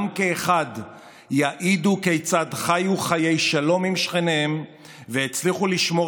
כולם כאחד יעידו כיצד חיו חיי שלום עם שכניהם והצליחו לשמור